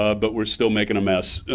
ah but we're still making a mess.